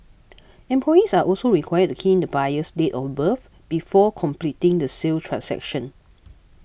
employees are also required to key in the buyer's date of birth before completing the sale transaction